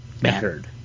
mattered